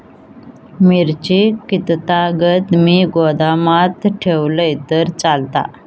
मिरची कीततागत मी गोदामात ठेवलंय तर चालात?